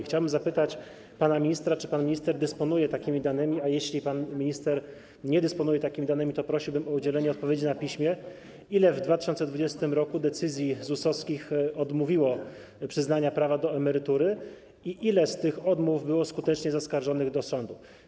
Chciałbym zapytać pana ministra: Czy pan minister dysponuje takimi danymi, a jeśli pan minister nie dysponuje takimi danymi, to prosiłbym o udzielenie odpowiedzi na piśmie, w ilu przypadkach w 2020 r. decyzjami ZUS-owskimi odmówiono przyznania prawa do emerytury i ile z tych odmów było skutecznie zaskarżonych do sądu?